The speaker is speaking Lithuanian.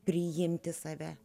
priimti save